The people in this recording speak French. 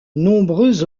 nombreux